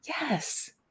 Yes